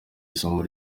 isomo